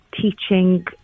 teaching